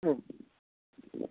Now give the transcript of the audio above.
औ